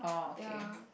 ya